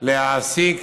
להעסיק